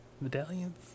Medallions